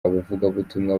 abavugabutumwa